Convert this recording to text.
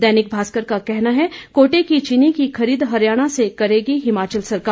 दैनिक भास्कर का कहना है कोटे की चीनी की खरीद हरियाणा से करेगी हिमाचल सरकार